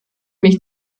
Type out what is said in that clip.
mich